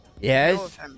Yes